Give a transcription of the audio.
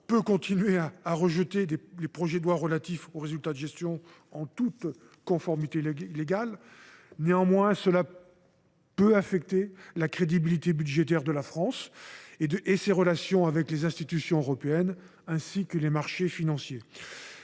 peut continuer à rejeter les projets de loi relative aux résultats de gestion en toute légalité. Mais cela peut affecter la crédibilité budgétaire de la France et ses relations avec les institutions européennes, ainsi que les marchés financiers.